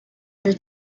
the